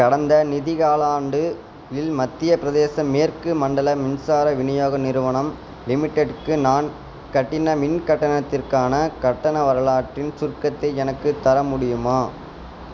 கடந்த நிதி காலாண்டு இல் மத்திய பிரதேசம் மேற்கு மண்டல மின்சார விநியோக நிறுவனம் லிமிடெட்க்கு நான் கட்டின மின் கட்டணத்திற்கான கட்டண வரலாற்றின் சுருக்கத்தை எனக்குத் தர முடியுமா